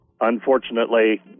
Unfortunately